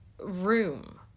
room